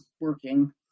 working